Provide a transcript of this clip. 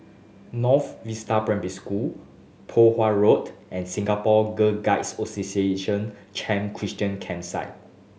North Vista Primary School Poh Huat Road and Singapore Girl Guides Association Camp Christine Campsite